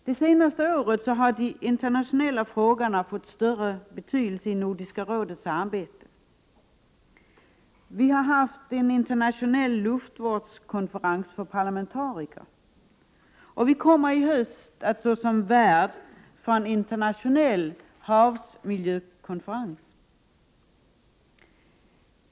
Det senaste året har de internationella frågorna fått större betydelse i Nordiska rådets arbete. Vi har haft en internationell luftvårdskonferens för parlamentariker, och vi kommer i höst att stå som värd för en internationell havsmiljökonferens.